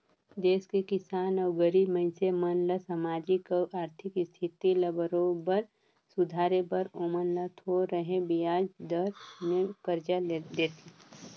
देस के किसान अउ गरीब मइनसे मन ल सामाजिक अउ आरथिक इस्थिति ल बरोबर सुधारे बर ओमन ल थो रहें बियाज दर में करजा देथे